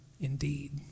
indeed